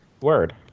Word